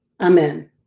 amen